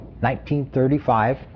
1935